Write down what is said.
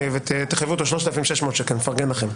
ותחייבו אותו ב-3,600 ש"ח, מפרגן לכם.